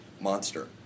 monster